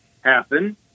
happen